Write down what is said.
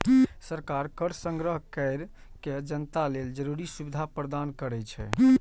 सरकार कर संग्रह कैर के जनता लेल जरूरी सुविधा प्रदान करै छै